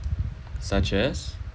such as